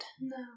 No